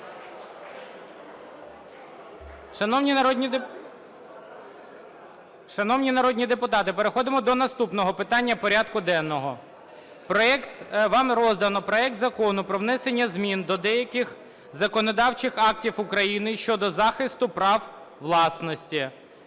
Шановні народні депутати, повертаємось до порядку денного. Вам розданий проект Закону про внесення змін до деяких законодавчих актів України щодо захисту права власності